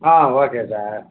ah okay sir